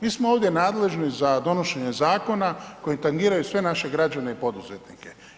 Mi smo ovdje nadležni za donošenje zakona koji tangiraju sve naše građane i poduzetnike.